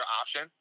option